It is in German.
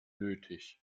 nötig